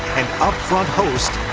and upfront host,